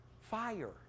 fire